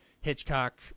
Hitchcock